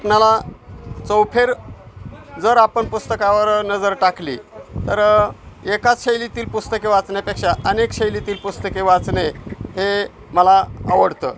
आपणाला चौफेर जर आपण पुस्तकावर नजर टाकली तर एकाच शैलीतील पुस्तके वाचण्यापेक्षा अनेक शैलीतील पुस्तके वाचणे हे मला आवडतं